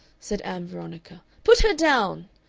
said ann veronica, put her down!